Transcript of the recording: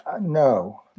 No